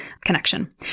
connection